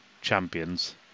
champions